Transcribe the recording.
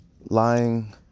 lying